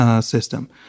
system